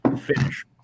finish